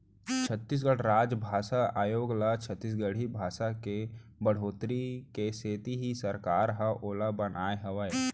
छत्तीसगढ़ राजभासा आयोग ल छत्तीसगढ़ी भासा के बड़होत्तरी के सेती ही सरकार ह ओला बनाए हावय